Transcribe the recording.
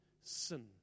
sin